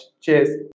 cheers